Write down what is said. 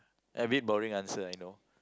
a bit boring answer I know